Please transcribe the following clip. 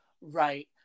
right